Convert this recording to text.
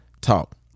Talk